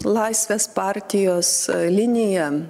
laisvės partijos linija